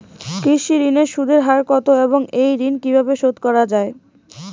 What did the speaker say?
কৃষি ঋণের সুদের হার কত এবং এই ঋণ কীভাবে শোধ করা য়ায়?